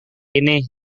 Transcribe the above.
ini